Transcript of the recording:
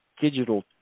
digital